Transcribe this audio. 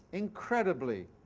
incredibly